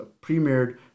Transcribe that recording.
premiered